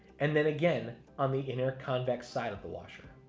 and then again on the inner convex side of the washer.